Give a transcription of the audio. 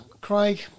Craig